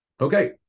Okay